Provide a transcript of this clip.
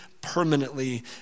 permanently